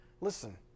listen